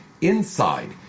INSIDE